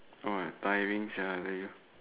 !wah! diving sia i tell you